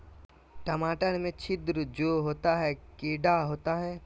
टमाटर में छिद्र जो होता है किडा होता है?